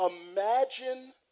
Imagine